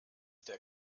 der